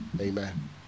Amen